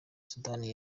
sudani